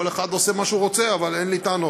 כל אחד עושה מה שהוא רוצה, אבל אין לי טענות.